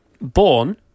Born